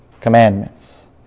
commandments